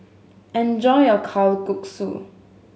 enjoy your Kalguksu